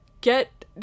Get